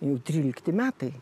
jau trylikti metai